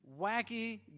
wacky